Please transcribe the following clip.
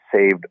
saved